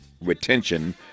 retention